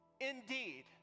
indeed